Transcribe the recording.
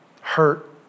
hurt